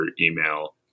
email